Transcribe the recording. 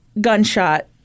gunshot